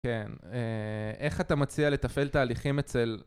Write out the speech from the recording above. כן, איך אתה מציע לתפעל תהליכים אצל...